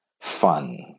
fun